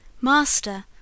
Master